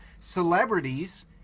celebrities